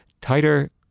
tighter